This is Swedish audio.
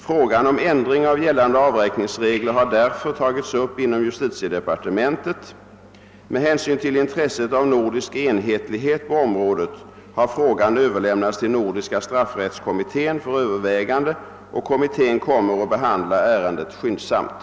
Frågan om ändring av gällande avräkningsregler har därför tagits upp inom justitiedepartementet. Med hänsyn till intresset av nordisk enhetlighet på området har frågan överlämnats till nordiska straffrättskommittén för övervägande. Kommittén kommer att behandla ärendet skyndsamt.